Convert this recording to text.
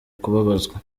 kubabazwa